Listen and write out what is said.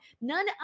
none